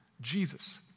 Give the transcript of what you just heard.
Jesus